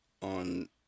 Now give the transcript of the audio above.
on